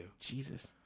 Jesus